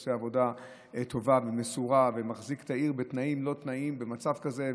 שעושה עבודה טובה ומסורה ומחזיק את העיר בתנאים לא תנאים במצב כזה.